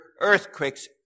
earthquakes